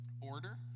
Order